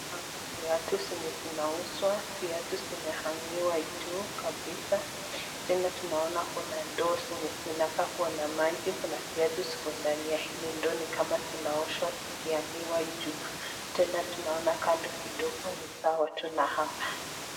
Naona viatu zenye zinauzwa, viatu zimehang'iwa juu kabisa , tena tunaona kuna ndoo zenye zinakaa kuwa na maji , kuna viatu ziko ndani ya hili ndoo ni kama zinaoshwa zikihang'iwa juu , tena tunaona kando kidogo ni sawa tu na hapa.